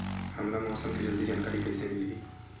हमला मौसम के जल्दी जानकारी कइसे मिलही?